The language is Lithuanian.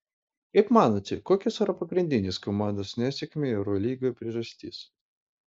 kaip manote kokios yra pagrindinės komandos nesėkmių eurolygoje priežastys